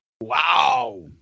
Wow